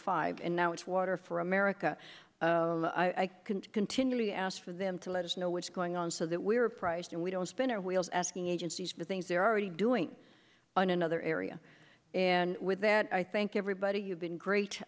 five and now it's water for america i can continually ask for them to let us know what's going on so that we're priced and we don't spend our wheels asking agencies for the things they're already doing on another area and with that i think everybody you've been great